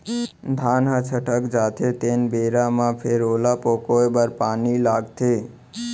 धान ह छटक जाथे तेन बेरा म फेर ओला पकोए बर पानी लागथे